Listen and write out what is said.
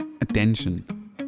Attention